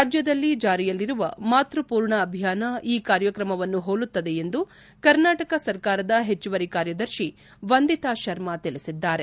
ರಾಜ್ಯದಲ್ಲಿ ಜಾರಿಯಲ್ಲಿರುವ ಮಾತೃಪೂರ್ಣ ಅಭಿಯಾನ ಈ ಕಾರ್ಯಕ್ರಮವನ್ನು ಹೋಲುತ್ತದೆ ಎಂದು ಕರ್ನಾಟಕ ಸರ್ಕಾರದ ಹೆಚ್ಲುವರಿ ಕಾರ್ಯದರ್ಶಿ ವಂದಿತಾ ಶರ್ಮಾ ತಿಳಿಸಿದ್ದಾರೆ